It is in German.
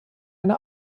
eine